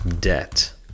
debt